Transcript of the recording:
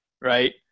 Right